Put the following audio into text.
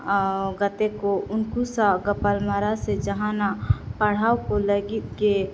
ᱟᱨ ᱜᱟᱛᱮ ᱠᱚ ᱩᱱᱠᱩ ᱥᱟᱶ ᱜᱟᱯᱟᱞᱢᱟᱨᱟᱣ ᱥᱮ ᱡᱟᱦᱟᱱᱟᱜ ᱯᱟᱲᱦᱟᱣ ᱠᱚ ᱞᱟᱹᱜᱤᱫ ᱜᱮ